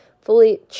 fully